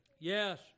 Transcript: Yes